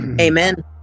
amen